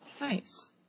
nice